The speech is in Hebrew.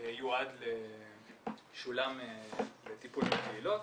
שולם לטיפול בקהילות,